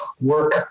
work